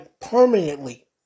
permanently